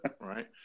Right